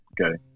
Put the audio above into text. Okay